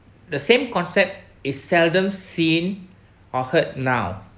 the same concept is seldom seen or heard now